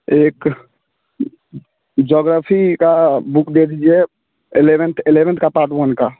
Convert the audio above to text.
एक जोग्रोफ़ी की बुक दे दीजिए एलेवेंथ एलेवेंथ का पार्ट वन का